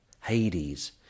Hades